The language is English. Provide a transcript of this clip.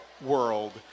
world